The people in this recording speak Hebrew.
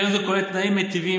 קרן זו כוללת תנאים מיטיבים,